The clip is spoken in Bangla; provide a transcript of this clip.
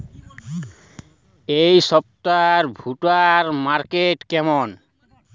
এই সপ্তাহে ভুট্টার মার্কেট কেমন?